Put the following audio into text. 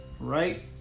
right